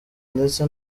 ndetse